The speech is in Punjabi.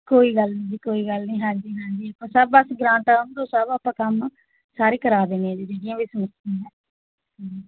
ਕੋਈ ਗੱਲ ਨਹੀਂ ਜੀ ਕੋਈ ਗੱਲ ਨਹੀਂ ਹਾਂਜੀ ਹਾਂਜੀ ਉਹ ਸਭ ਬਸ ਗਰਾਂਟ ਆਉਣ ਦਿਓ ਸਭ ਆਪਾਂ ਕੰਮ ਸਾਰੇ ਕਰਵਾ ਦੇਣੇ ਹੈ ਜੀ ਜਿੰਨੀਆਂ ਵੀ ਸਮੱਸਿਆਵਾਂ ਹੂੰ